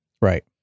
Right